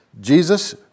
Jesus